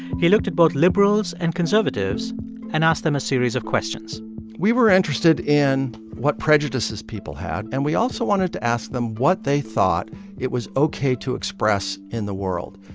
he looked at both liberals and conservatives and asked them a series of questions we were interested in what prejudices people had. and we also wanted to ask them what they thought it was ok to express in the world.